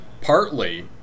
partly